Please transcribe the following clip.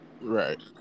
Right